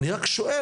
אני רק שואל,